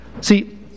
see